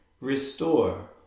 Restore